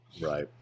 Right